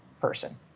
person